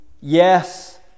Yes